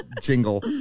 jingle